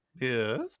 Yes